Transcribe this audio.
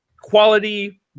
quality